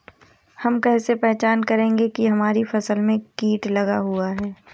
हम कैसे पहचान करेंगे की हमारी फसल में कीट लगा हुआ है?